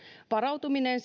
varautuminen